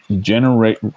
generate